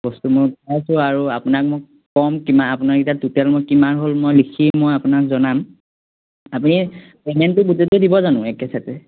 বস্তু মই উঠাইছোঁ আৰু আপোনাক মোক কম কিমান আপোনাক এতিয়া টুটেল মই কিমান হ'ল মই লিখি মই আপোনাক জনাম আপুনি পে'মেণ্টটো গোটেইটো দিব জানো একেচাতে